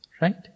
Right